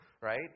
Right